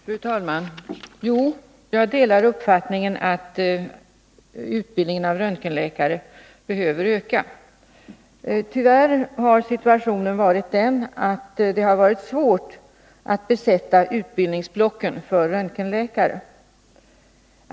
Fru talman! Jo, jag delar uppfattningen att utbildningen av röntgenläkare behöver ökas. Tyvärr har situationen varit den att det har varit svårt att besätta platserna i utbildningsblocken för röntgenläkare.